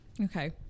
okay